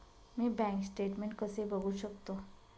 मी bank statement कसे बघू शकतो?